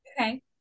okay